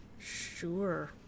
Sure